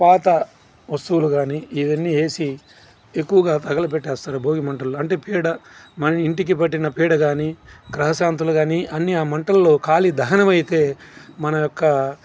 పాత వస్తువులు కానీ ఇవన్నీ వేసి ఎక్కువగా తగలబెట్టేస్తారు భోగిమంటల్లో అంటే పీడ మన ఇంటికి పట్టిన పీడకానీ గ్రహ శాంతులు కానీ అన్నీ ఆ మంటల్లో కాలి దహనమైతే మన యొక్క